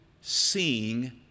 seeing